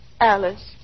Alice